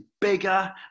bigger